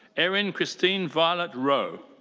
erynne christine violet rowe.